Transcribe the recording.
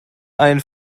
ein